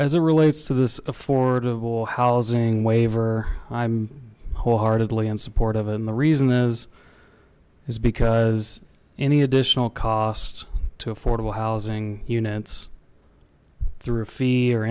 as it relates to this affordable housing waiver i'm whole heartedly in support of and the reason is is because any additional costs to affordable housing units through